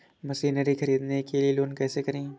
Machinery ख़रीदने के लिए लोन कैसे करें?